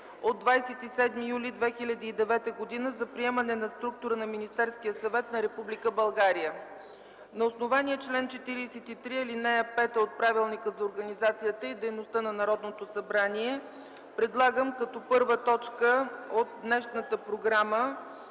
от 27 юли 2009 г. за приемане на структура на Министерския съвет на Република България. На основание чл. 43, ал. 5 от Правилника за организацията и дейността на Народното събрание предлагам т. 1 от днешната програма